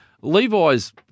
Levi's